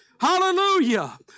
Hallelujah